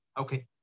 Okay